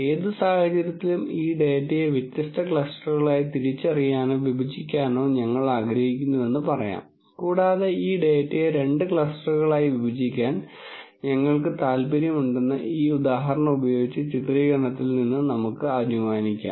ഏത് സാഹചര്യത്തിലും ഈ ഡാറ്റയെ വ്യത്യസ്ത ക്ലസ്റ്ററുകളായി തിരിച്ചറിയാനോ വിഭജിക്കാനോ ഞങ്ങൾ ആഗ്രഹിക്കുന്നുവെന്ന് പറയാം കൂടാതെ ഈ ഡാറ്റയെ രണ്ട് ക്ലസ്റ്ററുകളായി വിഭജിക്കാൻ ഞങ്ങൾക്ക് താൽപ്പര്യമുണ്ടെന്ന് ഈ ഉദാഹരണം ഉപയോഗിച്ച് ചിത്രീകരണത്തിൽ നിന്ന് നമുക്ക് അനുമാനിക്കാം